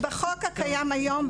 בחוק הקיים היום,